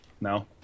No